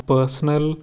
Personal